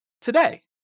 today